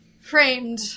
framed